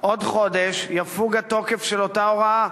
עוד חודש יפוג התוקף של אותה הוראה,